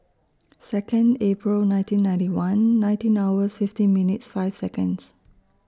Second April nineteen ninety one nineteen hours fifteen minutes five Seconds